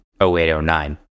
08-09